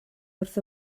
wrth